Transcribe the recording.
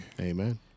Amen